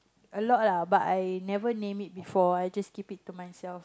a lot lah but I never name it before I just keep it to myself